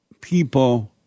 people